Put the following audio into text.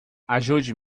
ajude